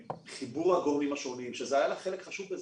לחיבור הגורמים השונים היה לך חלק חשוב בזה.